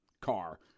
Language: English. car